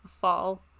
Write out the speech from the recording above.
fall